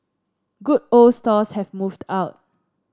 good old stalls have moved out